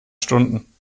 stunden